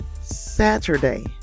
Saturday